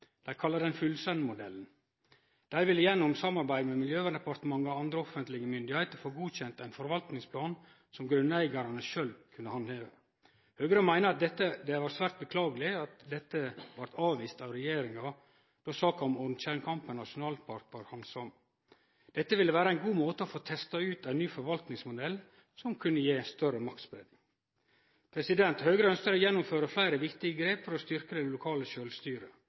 Dei kalla han Fullsenn-modellen. Dei ville gjennom samarbeid med Miljøverndepartementet og andre offentlege styresmakter få godkjent ein forvaltningsplan som grunneigarane sjølve kunne handheve. Høgre meiner at det er svært beklageleg at dette blei avvist av regjeringa då saka om Ormtjernkampen nasjonalpark blei handsama. Dette ville vere ein god måte å få testa ut ein ny forvaltningsmodell som kunne gje større maktspreiing. Høgre ønskjer å gjennomføre fleire viktige grep for å styrkje det lokale sjølvstyret.